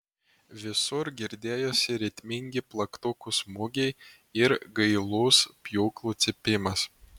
visur girdėjosi ritmingi plaktukų smūgiai ir gailus pjūklų cypimas